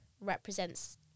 represents